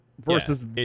versus